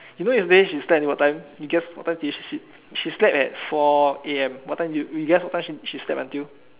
you know yesterday she slept until what time you guess what time she slept at four A_M what time you guess you guess what time she slept until